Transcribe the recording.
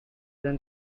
than